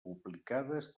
publicades